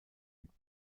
mit